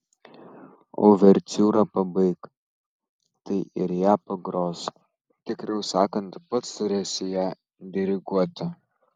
uvertiūrą pabaik tai ir ją pagros tikriau sakant pats turėsi ją diriguoti